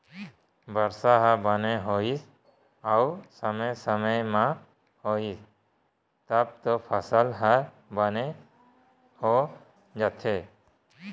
बरसा ह बने होइस अउ समे समे म होइस तब तो फसल ह बने हो जाथे